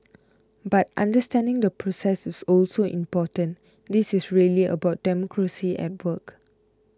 but understanding the process is also important this is really about democracy at work